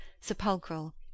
sepulchral